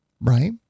right